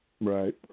Right